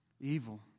Evil